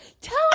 tell